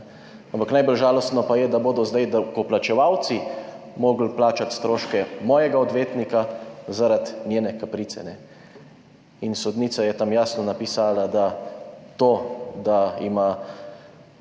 Najbolj žalostno pa je, da bodo zdaj davkoplačevalci morali plačati stroške mojega odvetnika zaradi njene kaprice. Sodnica je tam jasno napisala, da je to, da imajo